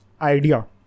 idea